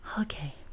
Okay